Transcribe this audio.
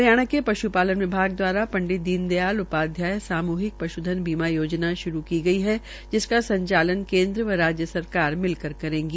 हरियाणा में पश्पालन विभाग द्वारा पंडित दीन दयाल उपाध्याय सामूहिक पश्धन बीमा योजना श्रू की गई है जिसका संचालन केन्द व राज्य सरकार मिलकर करेगी